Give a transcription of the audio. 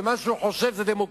ומה שהוא חושב זה דמוקרטי,